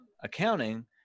accounting